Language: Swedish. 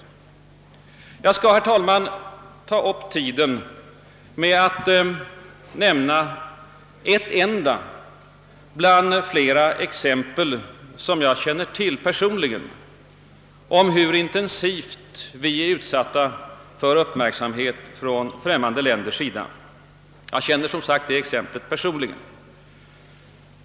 Jag skall, herr talman, ta upp tiden med att nämna ett enda bland flera exempel på hur intensivt vi är utsatta för uppmärksamhet från främmande länder. Jag känner detta exempel personligen.